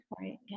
Right